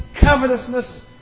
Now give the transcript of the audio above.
covetousness